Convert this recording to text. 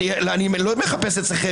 אני לא מחפש אצלכם